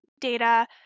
data